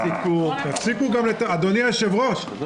הישיבה